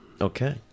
Okay